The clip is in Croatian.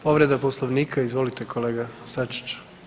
Povreda Poslovnika, izvolite kolega Sačiću.